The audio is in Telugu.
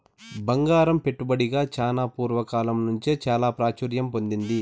బంగారం పెట్టుబడిగా చానా పూర్వ కాలం నుంచే చాలా ప్రాచుర్యం పొందింది